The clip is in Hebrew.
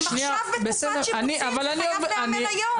זה חייב להיאמר היום.